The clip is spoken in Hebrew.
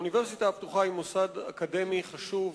האוניברסיטה הפתוחה היא מוסד אקדמי חשוב,